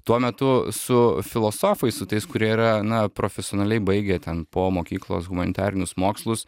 tuo metu su filosofais su tais kurie yra na profesionaliai baigę ten po mokyklos humanitarinius mokslus